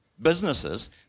businesses